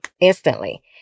instantly